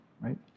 right